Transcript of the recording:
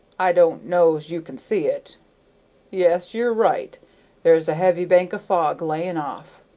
i don't know's you can see it yes, you're right there's a heavy bank of fog lyin' off,